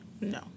No